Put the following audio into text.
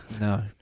No